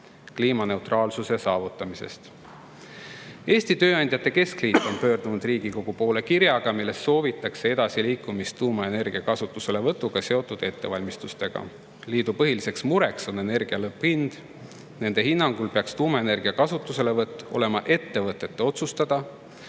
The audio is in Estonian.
kliimaneutraalsuse saavutamisest. Eesti Tööandjate Keskliit on pöördunud Riigikogu poole kirjaga, milles soovitakse tuumaenergia kasutuselevõtuga seotud ettevalmistustega edasiliikumist. Liidu põhiliseks mureks on energia lõpphind. Nende hinnangul peaks tuumaenergia kasutuselevõtt olema ettevõtete otsustada